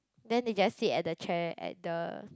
then they just sit at the chair at the